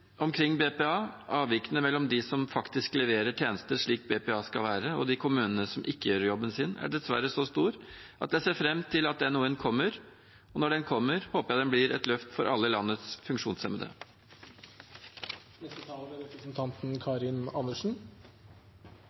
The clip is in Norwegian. omkring BPA. Avvikene mellom dem som faktisk leverer tjenester slik BPA skal være, og de kommunene som ikke gjør jobben sin, er dessverre så stor at jeg ser fram til at NOU-en kommer. Og når den kommer, håper jeg den blir et løft for alle landets funksjonshemmede. Brukerstyrt personlig assistanse er